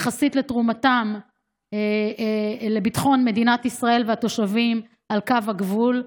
יחסית לתרומתם לביטחון מדינת ישראל והתושבים על קו הגבול,